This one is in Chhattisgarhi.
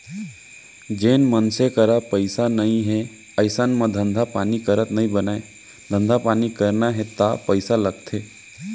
जेन मनसे करा पइसा नइ हे अइसन म धंधा पानी करत नइ बनय धंधा पानी करना हे ता पइसा लगथे